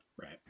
Right